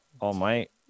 all-might